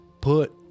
put